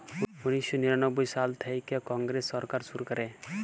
উনিশ শ নিরানব্বই সাল থ্যাইকে কংগ্রেস সরকার শুরু ক্যরে